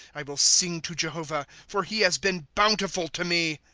i will sing to jehovah, for he has been bountiful to me.